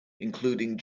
including